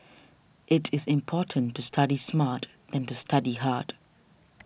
it is important to study smart than to study hard